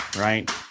right